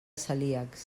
celíacs